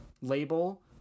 label